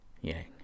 yang